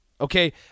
Okay